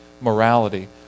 Morality